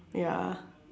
ya